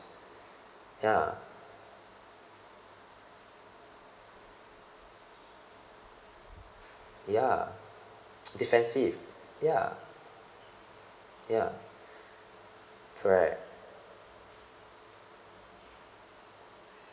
ya ya defensive ya ya correct